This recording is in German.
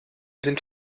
sind